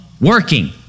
working